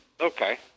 Okay